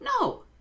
No